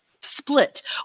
split